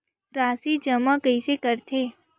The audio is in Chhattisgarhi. राशि जमा कइसे करथे?